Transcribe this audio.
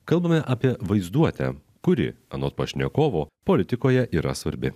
kalbame apie vaizduotę kuri anot pašnekovo politikoje yra svarbi